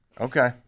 Okay